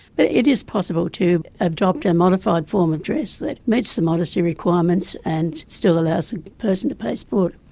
but it is possible to adopt a modified form of dress that meets the modesty requirements and still allows the person to play sport.